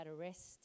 arrest